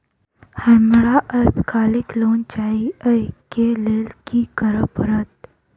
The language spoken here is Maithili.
हमरा अल्पकालिक लोन चाहि अई केँ लेल की करऽ पड़त?